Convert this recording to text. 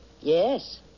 Yes